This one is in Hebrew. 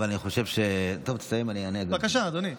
אבל תסיים, אני אענה, בבקשה, אדוני.